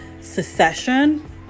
Secession